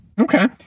Okay